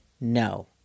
no